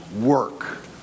work